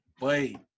Wait